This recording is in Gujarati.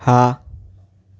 હા